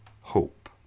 hope